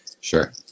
Sure